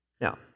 Now